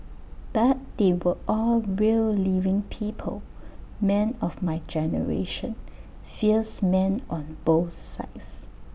but they are all real living people men of my generation fierce men on both sides